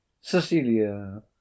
Cecilia